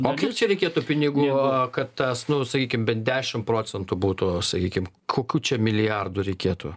o kiek čia reikėtų pinigų a kad tas nu sakykim bent dešimt procentų būtų sakykim kokių čia milijardų reikėtų